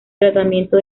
tratamiento